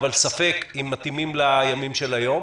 אבל ספק אם הם מתאימים לימים של היום,